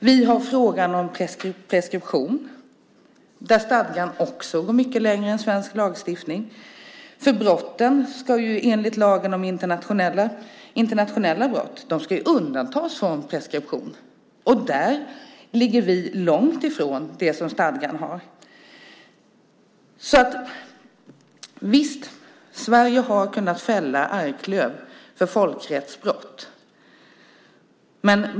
Vi har frågan om preskription, där stadgan också går mycket längre än svensk lagstiftning. Internationella brott ska ju undantas från preskription. Där ligger vi långt ifrån det som stadgan har. Visst, Sverige har kunnat fälla Arklöv för folkrättsbrott.